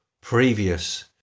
previous